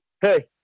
Hey